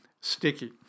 sticky